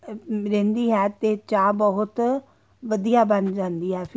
ਰਿੰਨ੍ਹਦੀ ਹੈ ਅਤੇ ਚਾਹ ਬਹੁਤ ਵਧੀਆ ਬਣ ਜਾਂਦੀ ਹੈ